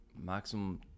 maximum